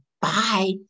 bye